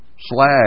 slag